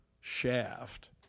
shaft